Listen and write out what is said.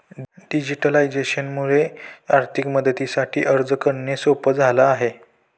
digitalisation मुळे आर्थिक मदतीसाठी अर्ज करणे सोप झाला आहे